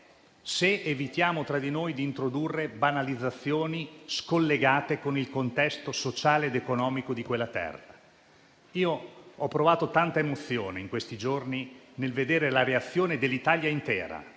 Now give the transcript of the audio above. noi evitiamo di introdurre banalizzazioni scollegate con il contesto sociale ed economico di quella terra. Ho provato tanta emozione in questi giorni nel vedere la reazione dell'Italia intera